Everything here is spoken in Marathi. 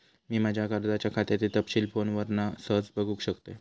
मी माज्या कर्जाच्या खात्याचे तपशील फोनवरना सहज बगुक शकतय